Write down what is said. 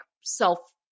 self